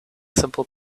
simple